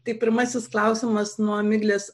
tai pirmasis klausimas nuo miglės